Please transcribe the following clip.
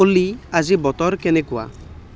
অলি আজি বতৰ কেনেকুৱা